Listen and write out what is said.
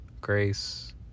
Grace